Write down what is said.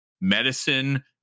medicine